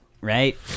right